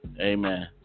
Amen